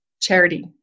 charity